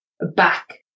back